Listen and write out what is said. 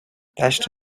دشت